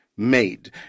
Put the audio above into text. Made